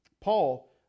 Paul